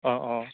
অঁ অঁ